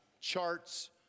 charts